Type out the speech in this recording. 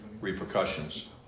repercussions